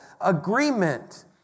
agreement